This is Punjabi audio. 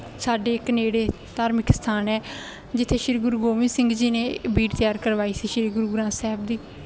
ਸਾਡੇ ਇੱਕ ਨੇੜੇ ਧਾਰਮਿਕ ਸਥਾਨ ਹੈ ਜਿੱਥੇ ਸ਼੍ਰੀ ਗੁਰੂ ਗੋਬਿੰਦ ਸਿੰਘ ਜੀ ਨੇ ਬੀੜ ਤਿਆਰ ਕਰਵਾਈ ਸੀ ਸ਼੍ਰੀ ਗੁਰੂ ਗ੍ਰੰਥ ਸਾਹਿਬ ਦੀ